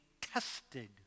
tested